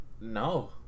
No